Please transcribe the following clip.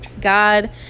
God